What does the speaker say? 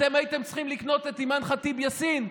אתם הייתם צריכים לקנות את אימאן ח'טיב יאסין,